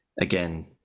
Again